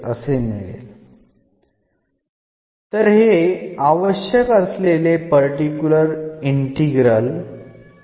അപ്പോൾ നമുക്ക് എന്ന പർട്ടിക്കുലർ ഇന്റഗ്രൽ ലഭിക്കുന്നു